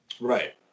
Right